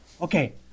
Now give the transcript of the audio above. Okay